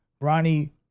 Ronnie